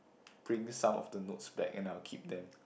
print some of the notes back and I'll keep them